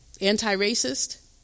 anti-racist